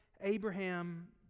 Abraham